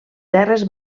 terres